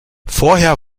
vorher